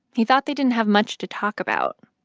he thought they didn't have much to talk about.